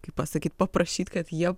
kaip pasakyt paprašyt kad jie